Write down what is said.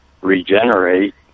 regenerate